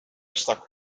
stak